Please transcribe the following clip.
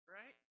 right